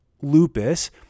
lupus